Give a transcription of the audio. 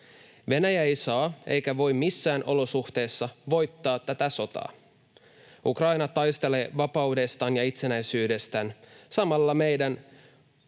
Venäjä ei saa eikä voi missään olosuhteissa voittaa tätä sotaa. Ukraina taistelee vapaudestaan ja itsenäisyydestään. Samalla meidän